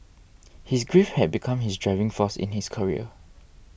his grief had become his driving force in his career